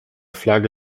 flagge